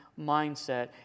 mindset